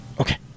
Okay